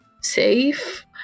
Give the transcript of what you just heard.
safe